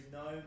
no